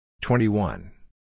twenty-one